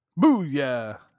Booyah